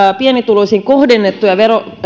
pienituloisiin kohdennettuja